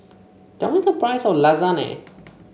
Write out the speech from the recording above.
tell me the price of Lasagne